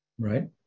Right